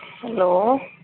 hello